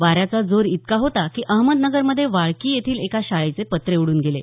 वाऱ्याचा जोर इतका होता की अहमदनगरमध्ये वाळकी येथील एका शाळेचे पत्रे उडून गेले